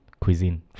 cuisine